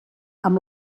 amb